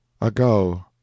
ago